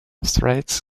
threats